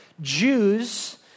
Jews